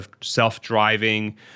self-driving